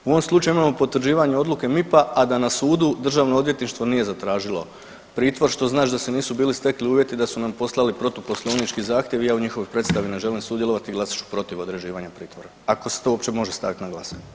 U ovom slučaju imamo potvrđivanje odluke MIP-a, a da na sudu Državno odvjetništvo nije zatražilo pritvor što znači da se nisu bili stekli uvjeti da su nam poslali protuposlovnički zahtjev i ja u njihovoj predstavi ne želim sudjelovati i glasat ću protiv određivanja pritvora, ako se to uopće može staviti na glasanje.